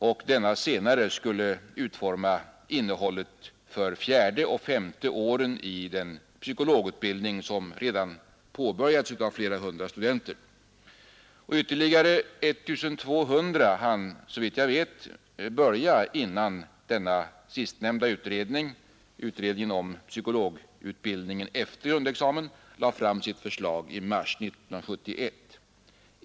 Denna senare utredning skulle utforma innehållet för fjärde och femte året i den psykologutbildning som redan har påbörjats av flera hundra studenter. Ytterligare 1 200 studenter hann, såvitt jag vet, påbörja sina studier innan den sistnämnda utredningen, utredningen om psykologutbildningen efter grundexamen, lade fram sitt förslag i mars 1971.